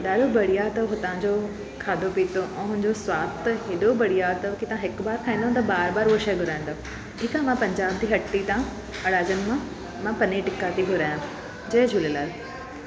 ॾाढो बड़िया अथव हुतां जो खाधो पीतो ऐं हुनजो सवादु हेॾो बढ़िया अथव की तव्हां हिकु बार खाईंदो त बार बार उहो शइ घुराईंदव ठीकु आहे मां पंजाब दी हट्टी ता अराजन मां मां पनीर टिक्का थी घुराया जय झूलेलाल